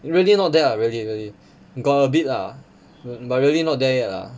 it's really not there [what] really really got a bit lah but really not there yet lah